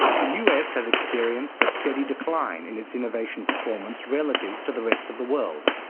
the us has experienced a steady decline in its innovation performance relative to the rest of the world,